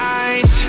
eyes